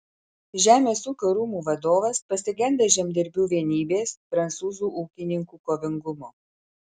žemės ūkio rūmų vadovas pasigenda žemdirbių vienybės prancūzų ūkininkų kovingumo